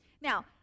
Now